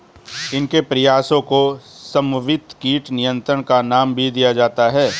इनके प्रयासों को समन्वित कीट नियंत्रण का नाम भी दिया जाता है